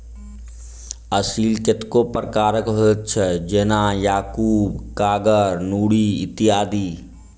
असील कतेको प्रकारक होइत अछि, जेना याकूब, कागर, नूरी इत्यादि